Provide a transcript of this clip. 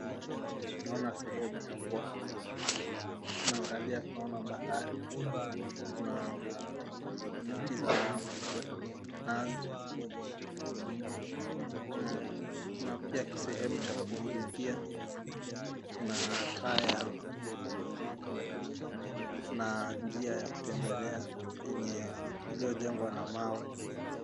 Naona sehemu ya pwani, naangalia naona bahari na miti za nazi na kuna pia sehemu ya kupumzikia, mataya na njia ya kutembelea iliyojengwa na mawe.